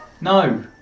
No